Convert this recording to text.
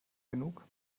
genug